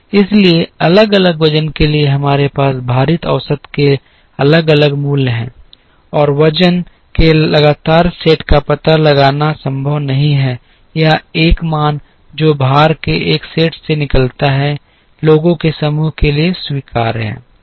इसलिए अलग अलग वज़न के लिए हमारे पास भारित औसत के अलग अलग मूल्य हैं और वज़न के लगातार सेट का पता लगाना संभव नहीं है या एक मान जो भार के एक सेट से निकलता है लोगों के समूह के लिए स्वीकार्य है